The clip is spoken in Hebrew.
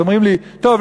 אז אומרים לי: טוב,